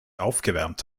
aufgewärmt